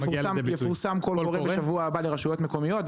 זה יפורסם בשבוע הבא לרשויות המקומיות.